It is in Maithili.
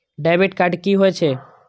डैबिट कार्ड की होय छेय?